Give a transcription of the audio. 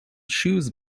shoes